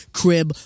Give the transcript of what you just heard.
crib